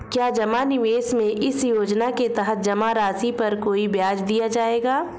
क्या जमा निवेश में इस योजना के तहत जमा राशि पर कोई ब्याज दिया जाएगा?